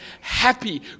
happy